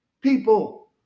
people